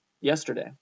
yesterday